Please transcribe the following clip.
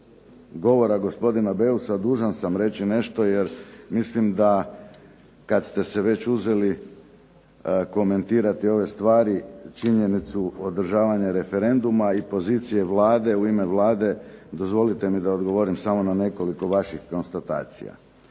govora gospodina Beusa dužan sam reći nešto jer mislim da kada ste se već uzeli komentirati ove stvari činjenicu održavanja referenduma i poziciju Vlade u ime Vlade dozvolite mi da odgovorim samo na nekoliko vaših konstatacija.